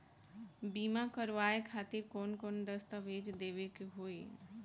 बीमा करवाए खातिर कौन कौन दस्तावेज़ देवे के होई?